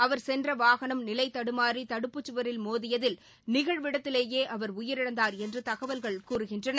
அவர் சென்ற வாகனம் நிலை தடுமாறி தடுப்புச் சுவரில் மோதியதில் நிகழ்விடத்திலேயே அவர் உயிரிழந்தார் என்று தகவல்கள் கூறுகின்றன